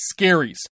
Scaries